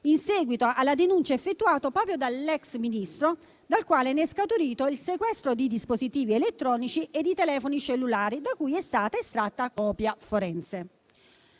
in seguito alla denuncia effettuata proprio dall'ex Ministro, dalla quale è scaturito il sequestro di dispositivi elettronici e di telefoni cellulari, da cui è stata estratta copia forense.